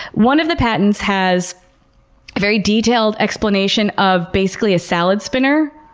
one of the patents has very detailed explanation of basically a salad spinner,